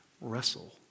wrestle